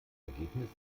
ergebnis